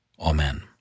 Amen